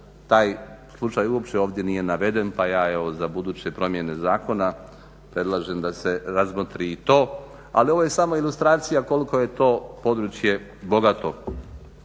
taj slučaj uopće ovdje nije naveden. Pa ja evo za buduće promjene zakona predlažem da se razmotri i to. Ali ovo je samo ilustracija koliko je to područje bogato.